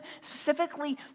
specifically